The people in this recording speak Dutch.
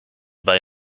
bij